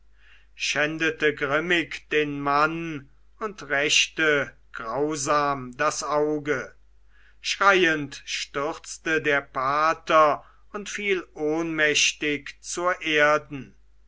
schändete grimmig den mann und rächte grausam das auge schreiend stürzte der pater und fiel ohnmächtig zur erden